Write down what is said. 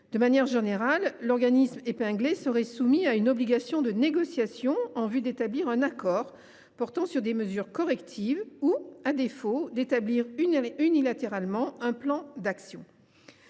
De manière générale, l’organisme épinglé serait soumis à une obligation de négociation en vue de conclure un accord portant sur des mesures correctives ou, à défaut, d’établir unilatéralement un plan d’action.